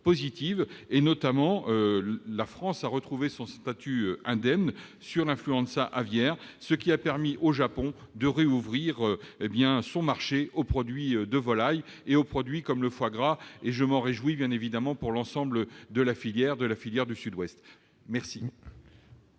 Ainsi, la France a retrouvé son statut « indemne » sur l'influenza aviaire, ce qui a permis au Japon de rouvrir son marché aux produits de volailles et au foie gras, et je m'en réjouis, bien évidemment, pour l'ensemble de la filière du Sud-Ouest. La